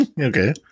Okay